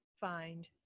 find